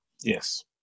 yes